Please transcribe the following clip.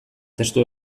testu